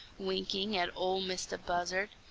winking at ol' mistah buzzard.